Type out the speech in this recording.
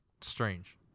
strange